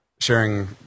sharing